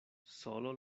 solo